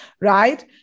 right